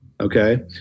okay